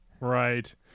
Right